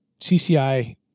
CCI